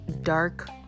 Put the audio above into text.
dark